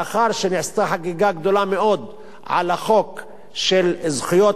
לאחר שנעשתה חגיגה גדולה מאוד על חוק זכויות